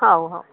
ହଉ ହଉ